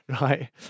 right